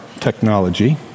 technology